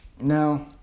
Now